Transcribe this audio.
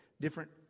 different